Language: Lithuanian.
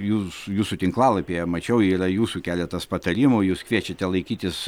jūs jūsų tinklalapyje mačiau yra jūsų keletas patarimų jūs kviečiate laikytis